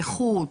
נכות,